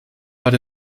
but